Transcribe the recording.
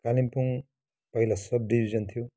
कालिम्पोङ पहिला सबडिभिजन थियो